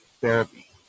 therapy